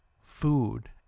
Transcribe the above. food